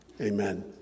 Amen